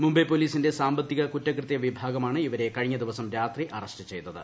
മുംബൈ പൊലീസിന്റെ സാമ്പത്തിക കുറ്റകൃത്യ വിഭാഗമാണ് ഇവരെ കഴിഞ്ഞ ദിവസം രാത്രി അറസ്റ്റ് ചെയ്തത്